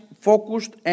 focused